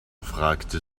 fragte